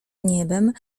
niebem